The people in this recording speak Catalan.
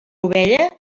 ovella